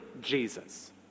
Jesus